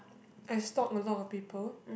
I stalk a lot of people